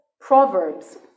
Proverbs